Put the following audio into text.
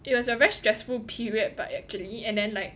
it was a very stressful period but actually and then like